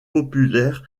populaires